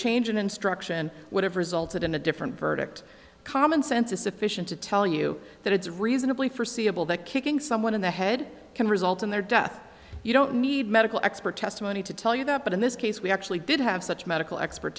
change in instruction would have resulted in a different verdict common sense is sufficient to tell you that it's reasonably forseeable that kicking someone in the head can result in their death you don't need medical expert testimony to tell you that but in this case we actually did have such medical expert